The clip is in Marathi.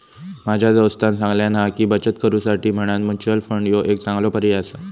माझ्या दोस्तानं सांगल्यान हा की, बचत करुसाठी म्हणान म्युच्युअल फंड ह्यो एक चांगलो पर्याय आसा